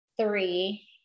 three